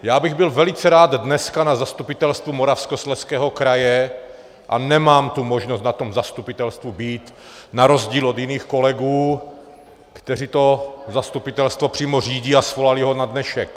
Já bych byl velice rád dneska na Zastupitelstvu Moravskoslezského kraje a nemám tu možnost na tom zastupitelstvu být na rozdíl od jiných kolegů, kteří to zastupitelstvo přímo řídí a svolali ho na dnešek.